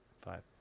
five